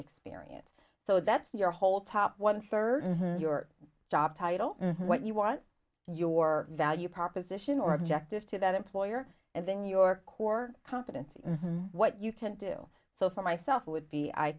experience so that your whole top one third in your job title what you want your value proposition or objective to that employer and then your core competency and what you can do so for myself would be i